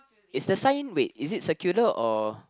it's the sign wait is it circular or